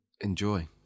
Enjoy